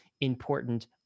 important